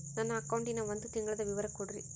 ನನ್ನ ಅಕೌಂಟಿನ ಒಂದು ತಿಂಗಳದ ವಿವರ ಕೊಡ್ರಿ?